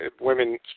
women